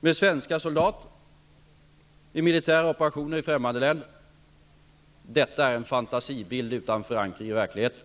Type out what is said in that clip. med svenska soldater i militära operationer i främmande länder. Detta är en fantasibild utan förankring i verkligheten.